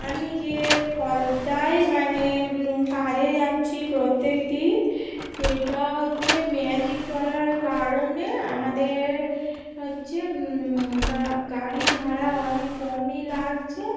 আমি যে ফলতায় মানে কাজে যাচ্ছি প্রত্যেক দিন সেইটা হচ্ছে ম্যাজিক চড়ার কারণে আমাদের হচ্ছে গাড়ি ভাড়া অনেক কমই লাগছে